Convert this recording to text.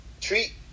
treat